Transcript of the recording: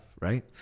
right